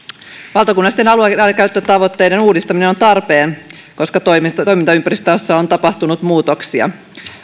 valtakunnallisten alueidenkäyttötavoitteiden uudistaminen on tarpeen koska toimintaympäristössä on tapahtunut muutoksia